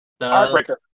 heartbreaker